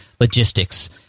logistics